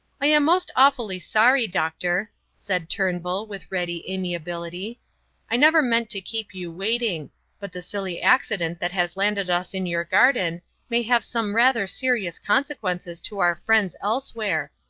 i am most awfully sorry, doctor, said turnbull with ready amiability i never meant to keep you waiting but the silly accident that has landed us in your garden may have some rather serious consequences to our friends elsewhere,